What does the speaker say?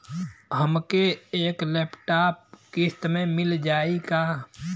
हमके एक लैपटॉप किस्त मे मिल जाई का?